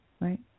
right